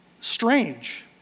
strange